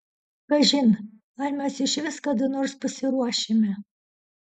kažin ar mes išvis kada nors pasiruošime